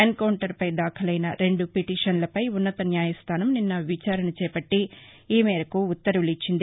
ఎన్కౌంటర్పై దాఖలైన రెండు పిటీషన్లపై ఉన్నత న్యాయస్దానం నిస్న విచారణ చేపట్టి ఈ మేరకు ఉత్తర్వులు ఇచ్చింది